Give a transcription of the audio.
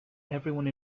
everyone